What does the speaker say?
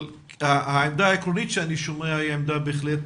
העמדה העקרונית שאני שומע היא עמדה בהחלט